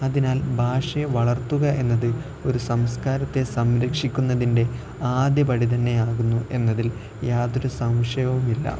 അതിനാൽ ഭാഷയെ വളർത്തുകയെന്നത് ഒരു സംസ്കാരത്തെ സംരക്ഷിക്കുന്നതിൻ്റെ ആദ്യപടി തന്നെയാകുന്നുവെന്നതിൽ യാതൊരു സംശയവുമില്ല